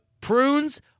prunes